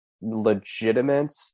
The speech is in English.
legitimate